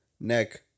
neck